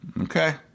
Okay